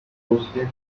toasted